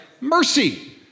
mercy